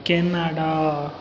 Canada